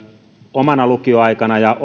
omana lukioaikanani ja